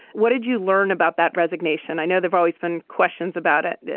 what did you learn about that resignation. i know there's always been questions about it.